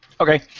Okay